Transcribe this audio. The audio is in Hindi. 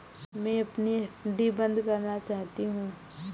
मैं अपनी एफ.डी बंद करना चाहती हूँ